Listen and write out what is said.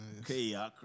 Okay